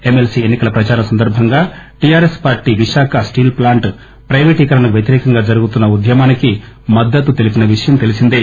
MLC ఎన్ని కల ప్రచారం సందర్బంగా TRS party Visakha steel plant ప్రయిపేటీకరణకు వ్యతిరేకంగా జరుగుతున్న ఉద్యమానికి మద్గతు తెలిపిన విషయం తెలిసిందే